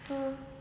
so